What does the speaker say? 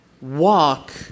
walk